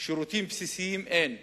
שירותים בסיסיים, אין.